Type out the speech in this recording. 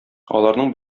аларның